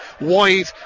wide